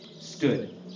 stood